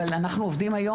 אבל אנחנו עובדים היום,